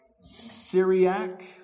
Syriac